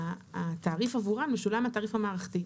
התעריף עבורם משולם התעריף המערכתי.